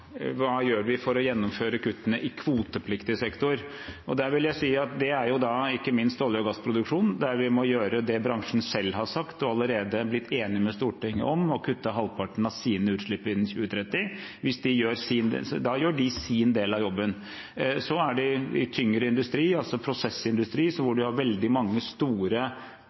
hva vi gjør for å gjennomføre kuttene i kvotepliktig sektor. Der vil jeg si at det er ikke minst olje- og gassproduksjonen, der vi må gjøre det bransjen selv har sagt og allerede er blitt enige med Stortinget om – å kutte halvparten av sine utslipp innen 2030. Da gjør de sin del av jobben. Så er det tyngre industri, altså prosessindustri, hvor man har veldig mange store